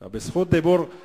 לא היית קורא לי.